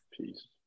Peace